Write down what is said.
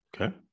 Okay